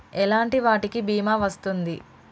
ఎలాంటి వాటికి బీమా వస్తుంది?